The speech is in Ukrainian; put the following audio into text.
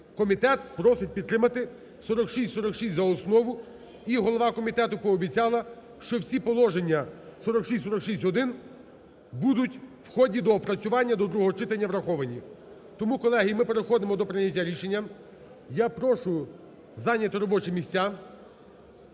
Комітет просить підтримати 4646 за основу. І голова комітету пообіцяла, що всі положення 4646-1 будуть в ході доопрацювання до другого читання враховані. Тому, колеги, ми переходимо до прийняття рішення. Я прошу зайняти робочі місця.